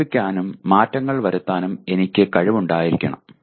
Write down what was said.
പ്രതിഫലിപ്പിക്കാനും മാറ്റങ്ങൾ വരുത്താനും എനിക്ക് കഴിവ് ഉണ്ടായിരിക്കണം